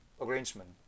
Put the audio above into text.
arrangement